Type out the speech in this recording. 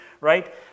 right